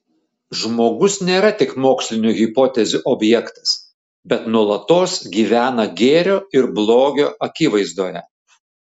žmogus nėra tik mokslinių hipotezių objektas bet nuolatos gyvena gėrio ir blogio akivaizdoje